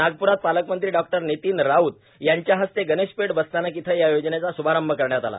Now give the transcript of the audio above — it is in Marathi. नागपूरात पालकमंत्री डॉ नितीन राऊत यांच्या हस्ते गणेशपेठ बसस्थानक इथं या योजनेचा श्भारंभ करण्यात आला